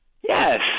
Yes